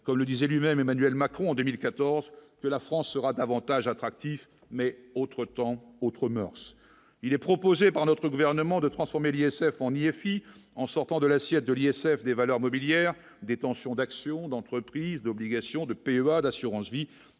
comme le disait lui-même Emmanuel Macron en 2014, de la France sera davantage attractifs mais autres temps autres moeurs, il est proposé par notre gouvernement de transformer l'ISF en IFI en sortant de l'assiette de l'ISF des valeurs mobilières, détention d'actions d'entreprises, l'obligation de PEA d'assurance-vie